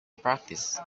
practice